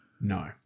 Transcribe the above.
No